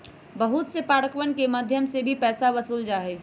बहुत से पार्कवन के मध्यम से भी पैसा वसूल्ल जाहई